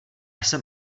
jsem